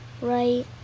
right